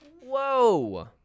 Whoa